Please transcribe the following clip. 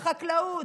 בחקלאות,